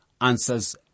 answers